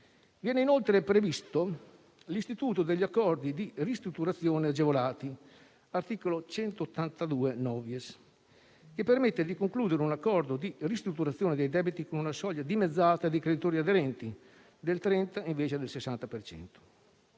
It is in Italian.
Viene inoltre previsto l'istituto degli accordi di ristrutturazione agevolati (articolo 182-*novies*), che permette di concludere un accordo di ristrutturazione dei debiti con una soglia di creditori aderenti dimezzata, del 30